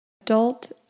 adult